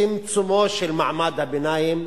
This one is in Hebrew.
צמצומו של מעמד הביניים,